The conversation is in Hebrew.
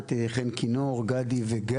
משמעת חן כינור, גדי וגיא,